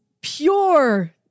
pure